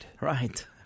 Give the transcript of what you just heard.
Right